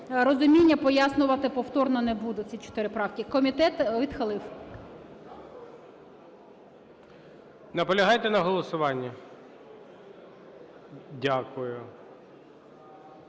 розуміння. Пояснювати повторно не буду ці чотири правки. Комітет відхилив. ГОЛОВУЮЧИЙ. Наполягаєте на голосуванні? Дякую.